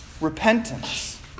repentance